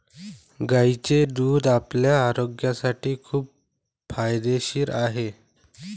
गायीचे दूध आपल्या आरोग्यासाठी खूप फायदेशीर आहे